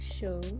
show